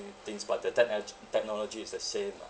things but the techn~ technology is the same lah